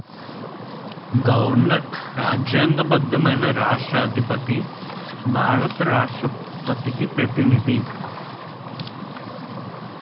governor రాజ్యాంగబద్ధమైన రాష్ట్ర అధిపతి భారత రాష్ట్రపతికి ప్రతినిధి